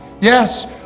yes